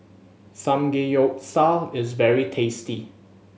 samgeyopsal is very tasty